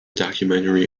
documentary